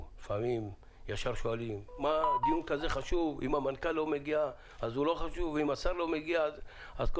לפעמים חושבים שאם המנכ"ל או השר לא מגיעים לוועדה אז הדיון פחות חשוב.